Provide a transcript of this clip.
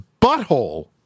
butthole